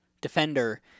defender